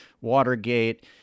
Watergate